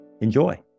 Enjoy